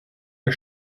der